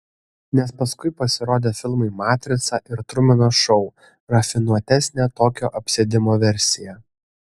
nes paskui pasirodė filmai matrica ir trumeno šou rafinuotesnė tokio apsėdimo versija